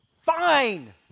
Fine